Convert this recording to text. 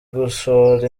gushora